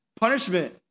Punishment